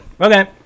Okay